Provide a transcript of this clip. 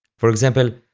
for example,